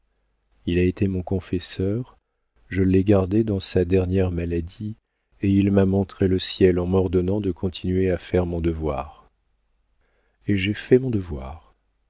il a été mon confesseur je l'ai gardé dans sa dernière maladie et il m'a montré le ciel en m'ordonnant de continuer à faire mon devoir et j'ai fait mon devoir